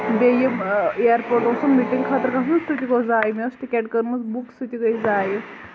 بیٚیہِ یِم airport اوس سُہ مِٹِنگ اوس گژھُن سُہ تہِ گوٚو ضایہِ مےٚ ٲسۍ ٹِکیٹ کٔرمٕژ بُک سُہ تہِ گے ضایہِ